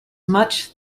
much